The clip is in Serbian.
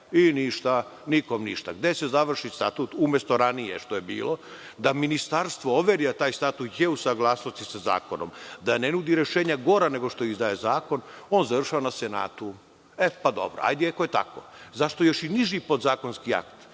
i nikom ništa. Gde se završi statut? Umesto ranije što je bilo da ministarstvo overi – taj statut je u saglasnosti sa zakonom, da ne nudi rešenja gora nego što izdaje zakon, on završava na senatu. Pa, dobro.Zašto još i niži podzakonski akt,